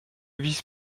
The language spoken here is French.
vice